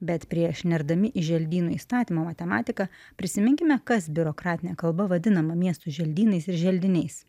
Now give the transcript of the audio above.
bet prieš nerdami į želdynų įstatymo matematiką prisiminkime kas biurokratine kalba vadinama miestų želdynais ir želdiniais